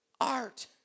art